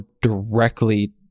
directly